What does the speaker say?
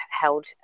held